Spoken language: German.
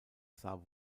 sah